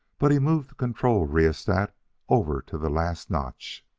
but he moved the control rheostat over to the last notch.